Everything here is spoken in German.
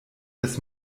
des